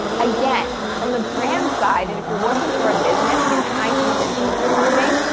again from the brand side, and if you're working for a business and you're trying to use influencer marketing,